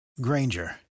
Granger